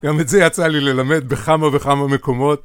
גם את זה יצא לי ללמד בכמה וכמה מקומות.